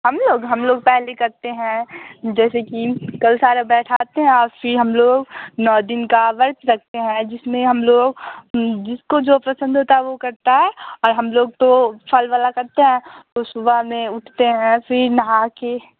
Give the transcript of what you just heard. हम लोग हम लोग पहले करते हैं जैसे कि कलश आर बैठाते हैं और फिर हम लोग नौ दिन का व्रत रखते हैं जिसमें हम लोग जिसको जो पसंद होता है वो करता है और हम लोग तो फल वाला करते हैं तो सुबह में उठते हैं फिर नहा के